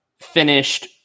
finished